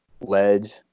ledge